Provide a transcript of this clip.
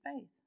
faith